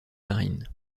marines